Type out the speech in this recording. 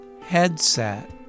headset